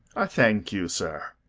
i thank you, sir.